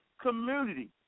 community